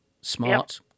smart